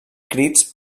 crits